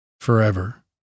forever